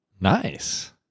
Nice